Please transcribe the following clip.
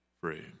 free